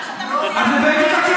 מה שאתם עושים, אז הבאתי,